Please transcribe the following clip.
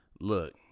Look